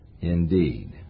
indeed